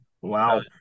wow